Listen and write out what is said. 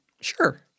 Sure